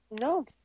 No